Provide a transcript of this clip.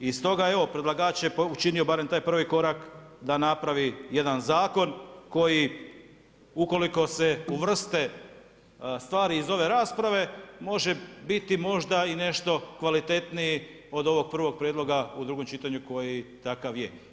I stoga evo, predlagač je učinio barem taj prvi korak da napravi jedan zakon koji ukoliko se uvrste stvari iz ove rasprave može biti možda i nešto kvalitetniji od ovog prvog prijedloga u drugom čitanju koji takav je.